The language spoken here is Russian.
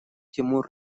тимур